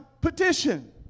petition